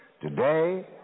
today